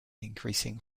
increasing